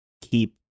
keep